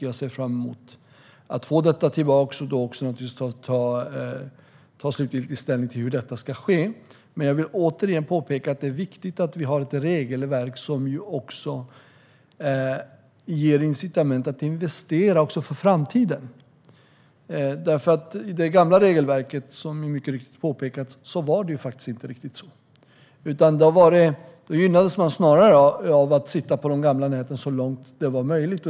Jag ser fram emot att få resultatet så att vi kan ta slutgiltig ställning till hur detta ska ske. Men jag vill återigen påpeka att det är viktigt att vi har ett regelverk som ger incitament att investera också för framtiden. Som mycket riktigt har påpekats var det inte riktigt så med det gamla regelverket. Då gynnades man snarare av att hålla fast vid de gamla näten så långt som det var möjligt.